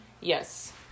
Yes